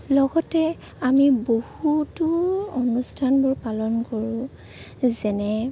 লগতে আমি বহুতো অনুষ্ঠানবোৰ পালন কৰোঁ যেনে